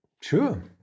Sure